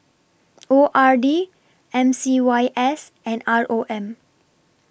O R D M C Y S and R O M